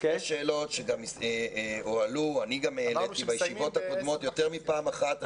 גם העליתי, בישיבות הקודמות, יותר מפעם אחת.